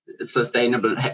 sustainable